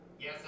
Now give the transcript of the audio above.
Yes